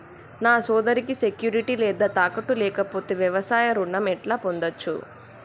నా సోదరికి సెక్యూరిటీ లేదా తాకట్టు లేకపోతే వ్యవసాయ రుణం ఎట్లా పొందచ్చు?